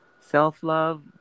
self-love